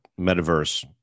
metaverse